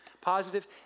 positive